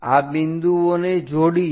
આ બિંદુઓને જોડીએ